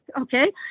okay